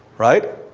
right?